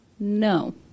No